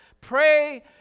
Pray